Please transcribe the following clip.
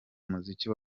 muziki